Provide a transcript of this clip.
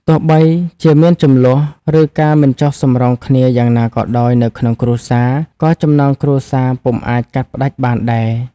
ទោះបីជាមានជម្លោះ ឬការមិនចុះសម្រុងគ្នាយ៉ាងណាក៏ដោយនៅក្នុងគ្រួសារ ក៏ចំណងគ្រួសារពុំអាចកាត់ផ្ដាច់បានដែរ។